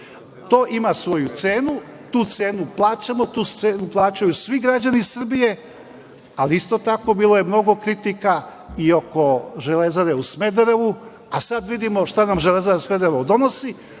To ima svoju cenu, tu cenu plaćamo, tu cenu plaćaju svi građani Srbije. Isto tako bilo je mnogo kritika i oko „Železare“ u Smederevu, a sada vidimo šta nam „Železara“ Smederevo donosi.